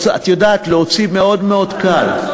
את יודעת, להוציא מאוד מאוד קל.